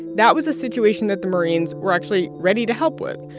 that was a situation that the marines were actually ready to help with.